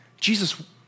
Jesus